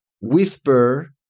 Whisper